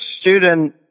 student